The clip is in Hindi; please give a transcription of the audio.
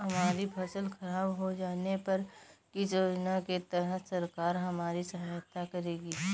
हमारी फसल खराब हो जाने पर किस योजना के तहत सरकार हमारी सहायता करेगी?